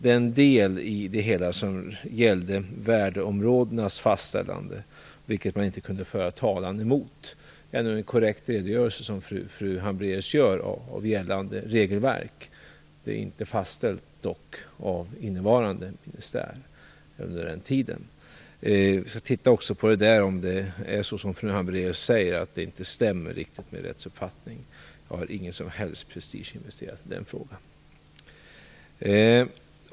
Den del i det hela som gällde värdeområdenas fastställande, vilket man inte kunde föra talan emot, är nog en korrekt redogörelse från fru Hambraeus om gällande regelverk. Det är dock inte fastställt av innevarande ministär under den tiden. Vi skall titta på det för att se om det är som fru Hambraeus säger, dvs. att det inte riktigt stämmer överens med rättsuppfattningen. Jag har ingen som helst prestige investerad i den frågan.